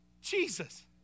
Jesus